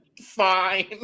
fine